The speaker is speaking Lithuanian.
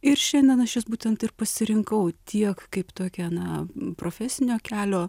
ir šiandien aš jas būtent ir pasirinkau tiek kaip tokią na profesinio kelio